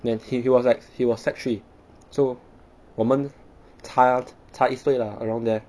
then he he was like he was secondary three so 我们差差一岁 lah around there